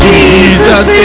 Jesus